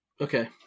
Okay